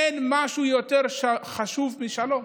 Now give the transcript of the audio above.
אין משהו יותר חשוב משלום.